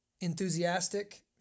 enthusiastic